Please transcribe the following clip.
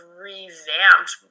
revamped